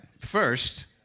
First